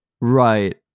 right